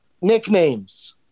Nicknames